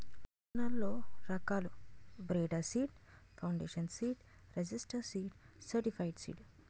విత్తనాల్లో రకాలు breeder seed, foundation seed, registered seed, certified seed